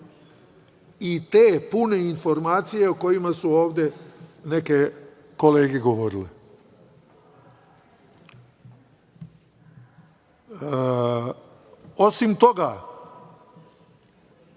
i te pune informacije o kojima su ovde neke kolege govorile. Osim toga,